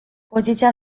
poziția